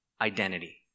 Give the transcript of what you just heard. identity